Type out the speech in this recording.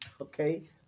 Okay